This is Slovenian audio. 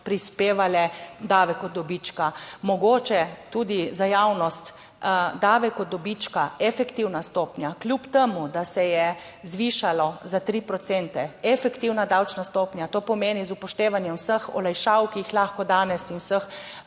prispevale davek od dobička. Mogoče tudi za javnost, davek od dobička, efektivna stopnja, kljub temu, da se je zvišalo za 3 procente, efektivna davčna stopnja, to pomeni z upoštevanjem vseh olajšav, ki jih lahko danes, in vseh